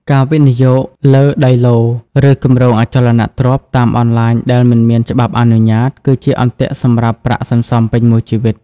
ការវិនិយោគលើ "ដីឡូត៍" ឬ "គម្រោងអចលនទ្រព្យ" តាមអនឡាញដែលមិនមានច្បាប់អនុញ្ញាត គឺជាអន្ទាក់សម្រាប់ប្រាក់សន្សំពេញមួយជីវិត។